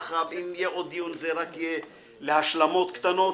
ואם יהיה עוד דיון זה יהיה רק להשלמות קטנות